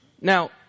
Now